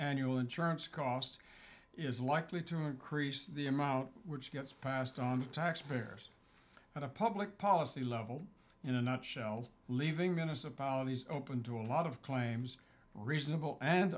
annual insurance costs is likely to increase the amount which gets passed on taxpayers at a public policy level in a nutshell leaving venice apologies open to a lot of claims reasonable and